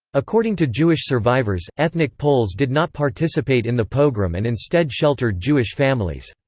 according to jewish survivors, ethnic poles did not participate in the pogrom and instead sheltered jewish families.